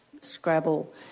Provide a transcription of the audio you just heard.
scrabble